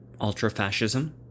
ultrafascism